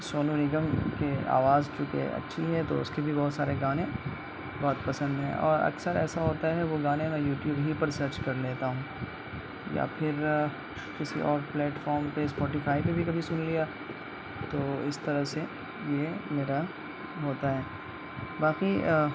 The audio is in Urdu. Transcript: سونو نگم کی آواز چونکہ اچھی ہے تو اس کے بھی بہت سارے گانے بہت پسند ہیں اور اکثر ایسا ہوتا ہے وہ گانے میں یوٹیوب ہی پر سرچ کر لیتا ہوں یا پھر کسی اور پلیٹفارم پہ اسپوٹیفائی پہ بھی کبھی سن لیا تو اس طرح سے یہ میرا ہوتا ہے باقی